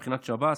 מבחינת שב"ס,